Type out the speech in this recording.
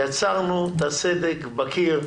יצרנו את הסדק בקיר,